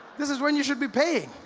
this is when you should be paying.